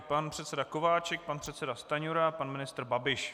Pan předseda Kováčik, pan předseda Stanjura, pan ministr Babiš.